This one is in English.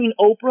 Oprah